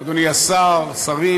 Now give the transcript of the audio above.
תודה רבה, אדוני השר, שרים,